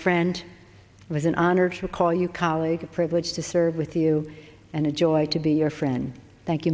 friend was an honor to call you colleague a privilege to serve with you and a joy to be your friend thank you